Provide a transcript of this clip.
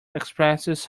expresses